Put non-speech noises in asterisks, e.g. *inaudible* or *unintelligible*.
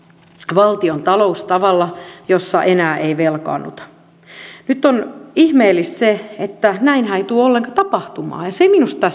valtiontalous tavalla jossa enää ei velkaannuta nyt on ihmeellistä se että näinhän ei tule ollenkaan tapahtumaan ja se on minusta *unintelligible*